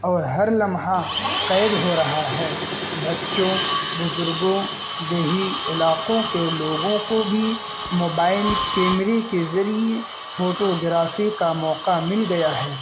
اور ہر لمحہ قید ہو رہا ہے بچوں بزرگوں دیہی علاقوں کے لوگوں کو بھی موبائل کیمرے کے ذریعے فوٹوگرافی کا موقع مل گیا ہے